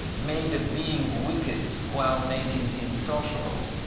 made a being wicked, while making him sociable.